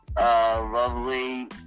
Lovely